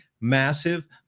Massive